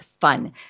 fun